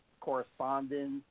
correspondence